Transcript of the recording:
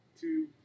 two